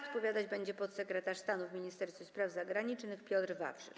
Odpowiadać na nie będzie podsekretarz stanu w Ministerstwie Spraw Zagranicznych Piotr Wawrzyk.